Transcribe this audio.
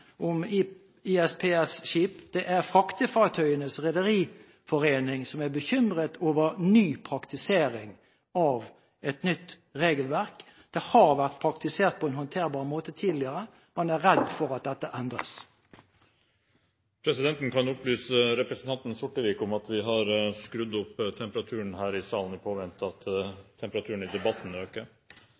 om ISPS-skip. Det er Fraktefartøyenes Rederiforening som er bekymret over praktisering av et nytt regelverk. Det har vært praktisert på en håndterbar måte tidligere. Man er redd for at dette endres. Presidenten kan opplyse representanten Sortevik om at vi har skrudd opp temperaturen her i salen i påvente av at temperaturen i debatten øker!